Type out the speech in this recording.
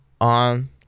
on